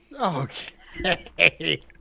Okay